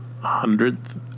hundredth